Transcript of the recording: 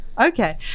okay